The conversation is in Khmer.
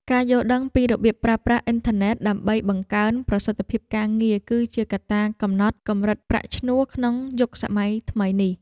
ការយល់ដឹងពីរបៀបប្រើប្រាស់អ៊ីនធឺណិតដើម្បីបង្កើនប្រសិទ្ធភាពការងារ គឺជាកត្តាកំណត់កម្រិតប្រាក់ឈ្នួលក្នុងយុគសម័យថ្មីនេះ។